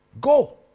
Go